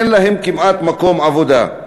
אין להן כמעט מקומות עבודה.